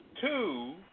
two